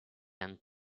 and